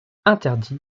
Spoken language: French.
interdit